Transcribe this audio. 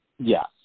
Yes